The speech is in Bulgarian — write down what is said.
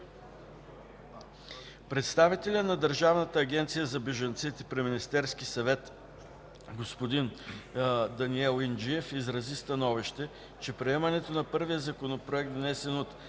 Представителят на Държавната агенция за бежанците при Министерския съвет господин Даниел Инджиев изрази становище, че приемането на първия законопроект, внесен от